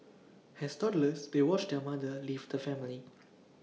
has toddlers they watched their mother leave the family